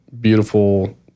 beautiful